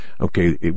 okay